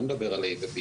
לא מדבר על A ו-B,